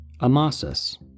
Amasis